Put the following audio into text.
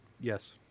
Yes